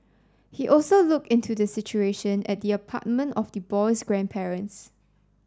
he also looked into the situation at the apartment of the boy's grandparents